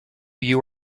you